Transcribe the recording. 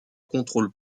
contrôle